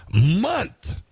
month